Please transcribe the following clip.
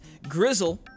grizzle